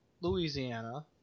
Louisiana